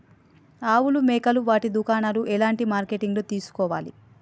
ఆవులు మేకలు వాటి దాణాలు ఎలాంటి మార్కెటింగ్ లో తీసుకోవాలి?